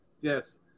Yes